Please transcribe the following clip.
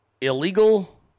Illegal